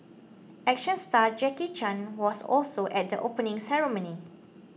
action star Jackie Chan was also at the opening ceremony